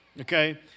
Okay